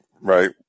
Right